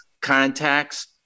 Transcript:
contacts